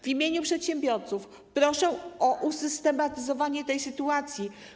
W imieniu przedsiębiorców proszę o usystematyzowanie tej sytuacji.